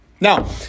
Now